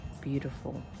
beautiful